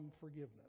forgiveness